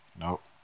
Nope